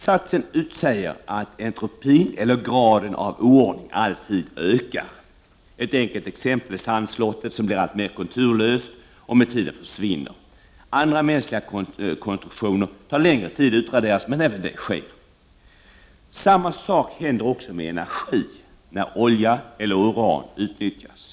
Satsen utsäger att entropin, eller graden av oordning, alltid ökar. Ett enkelt exempel är sandslottet som blir alltmer konturlöst och med tiden försvinner. Andra mänskliga konstruktioner tar längre tid att utradera, men även det sker. Samma sak händer också med energi när olja eller uran utnyttjas.